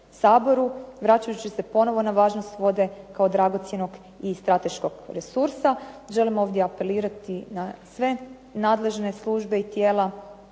vraćajući se ponovo na važnost vode kao dragocjenog i strateškog resursa. Želim ovdje apelirati na sve nadležne službe i tijela